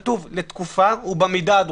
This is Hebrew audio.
כתוב: לתקופה ובמידה הדרושות.